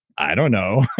i don't know,